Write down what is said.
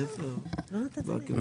למה לא קיבלתי פידבק?